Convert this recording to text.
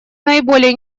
наиболее